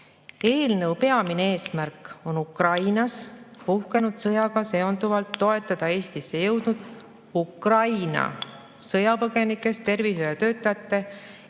"Eelnõu peamine eesmärk on Ukrainas puhkenud sõjaga seonduvalt toetada Eestisse jõudnud Ukraina sõjapõgenikest tervishoiutöötajate